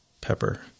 Pepper